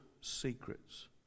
secrets